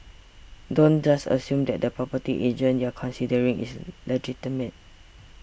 don't just assume that the property agent you're considering is legitimate